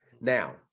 Now